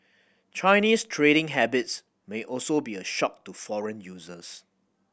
Chinese trading habits may also be a shock to foreign users